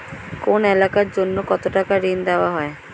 কোন এলাকার জন্য কত টাকা ঋণ দেয়া হয়?